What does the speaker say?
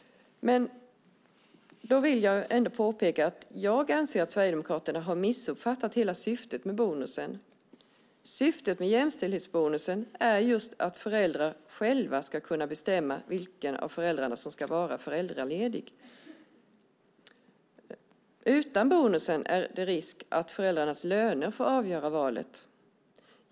Jag vill påpeka att jag anser att Sverigedemokraterna har missuppfattat hela syftet med bonusen. Syftet med jämställdhetsbonusen är just att föräldrar själva ska kunna bestämma vilken av föräldrarna som ska vara föräldraledig. Utan bonusen är det risk att föräldrarnas löner får avgöra valet.